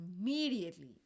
immediately